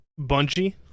Bungie